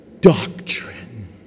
Doctrine